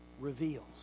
reveals